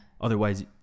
otherwise